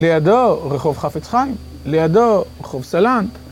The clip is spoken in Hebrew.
לידו רחוב חפץ חיים, לידו רחוב סלן.